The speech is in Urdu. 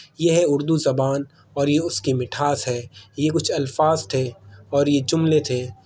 یہ ہے اردو زبان اور یہ اس کی مٹھاس ہے یہ کچھ الفاظ تھے اور یہ جملے تھے